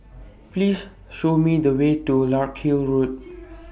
Please Show Me The Way to Larkhill Road